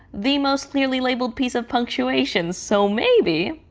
the most clearly labeled piece of punctuation. so maybe,